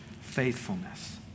faithfulness